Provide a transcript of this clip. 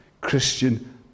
Christian